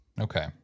Okay